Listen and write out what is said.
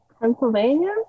Pennsylvania